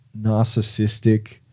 narcissistic